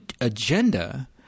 agenda